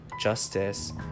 justice